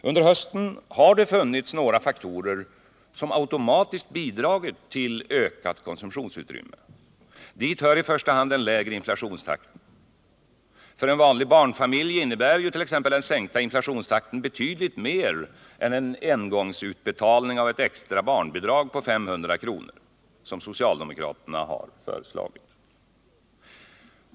Under hösten har det funnits några faktorer, som automatiskt bidragit till ökat konsumtionsutrymme. Dit hör i första hand den lägre inflationstakten. Fören vanlig barnfamilj innebär ju t.ex. den sänkta inflationstakten betydligt mer än en utbetalning av ett extra barnbidrag på 500 kr. av engångskaraktär, som socialdemokraterna har föreslagit.